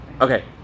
okay